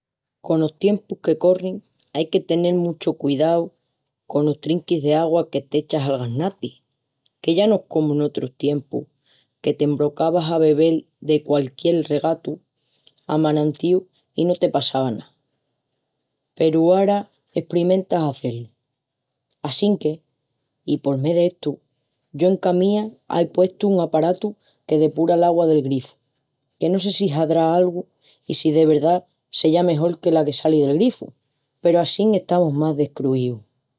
Conos tiempus que corrin ai que tenel muchu cudiau conos trinquis d’agua que t’echas al gasnati, que ya no es comu en otrus tiempus que te embrocavas a bebel de qualquiel regatu o manantíu i no te passava ná, peru ara esprimentas a hazé-lu. Assinque, i pol mé d’estu, yo en cá mía ai puestu un aparatu que depura l’agua del grifu, que no sé si hadrá algu i si de verdá seya mejol que la que sali del grifu, peru assín estamus más descruíus,